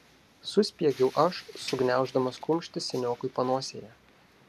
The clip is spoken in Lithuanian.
suspiegiau aš sugniauždamas kumštį seniokui panosėje